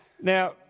Now